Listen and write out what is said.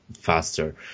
faster